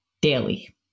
daily